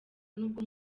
nubwo